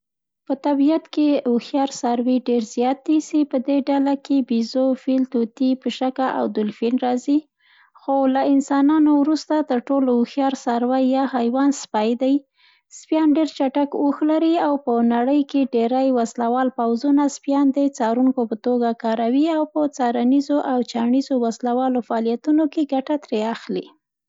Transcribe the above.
په طبیعت کې هوښیار څاروي دېر زیاد دي، سي په دې ډله کې، بیزو، فیل، طوطي، پشکه او دولفین راځي. خو؛ له انسانانو وروسته تر ټولو هوښیار څاروی یا حیوان سپی دی. سپیان ډېر چټګ هوښ لري او په نړۍ کې ډیرې وسلوال پوځونه، سپیان د څاورنکو په توګه کاروي او په څارنیزو او چانیزو وسلوالو فعالیتونو کې ګټه ترې اخلي.